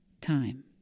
time